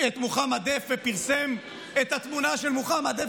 את מוחמד דף ופרסם את התמונה של מוחמד דף,